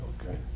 Okay